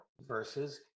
versus